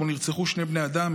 שבו נרצחו שני בני אדם,